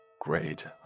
Great